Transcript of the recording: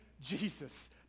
Jesus